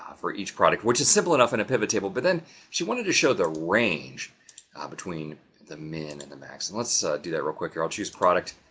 for each product. which is simple enough in a pivot table, but then she wanted to show the range ah between the min and the max. and let's do that real quick, i'll choose product.